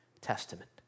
Testament